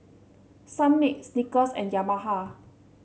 Sunmaid Snickers and Yamaha